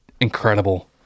incredible